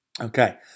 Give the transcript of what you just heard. Okay